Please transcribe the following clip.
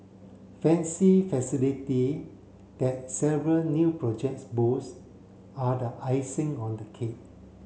fancy facility that several new projects boast are the icing on the cake